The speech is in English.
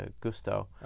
Gusto